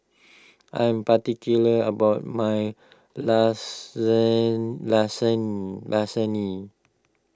I'm particular about my Lasagne